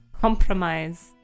compromise